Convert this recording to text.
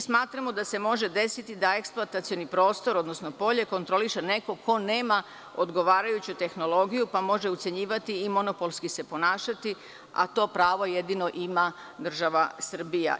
Smatramo da se može desi da eksploatacioni prostor odnosno polje kontroliše neko ko nema odgovarajuću tehnologiju pa može ucenjivati i monopolski se ponašati a to pravo jedino ima država Srbija.